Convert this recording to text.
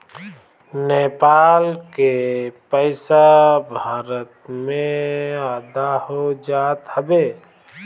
नेपाल के पईसा भारत में आधा हो जात हवे